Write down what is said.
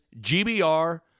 GBR